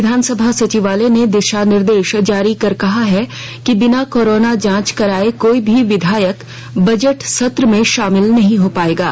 विधान सभा सचिवालय ने दिशा निर्देश जारी कर कहा है कि बिना कोरोना जांच कराये कोई भी विधायक बजट सत्र में शामिल नहीं हो पायेंगे